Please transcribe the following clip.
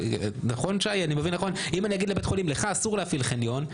אם אני אגיד לבית חולים: אסור לך להפעיל חניון,